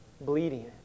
bleeding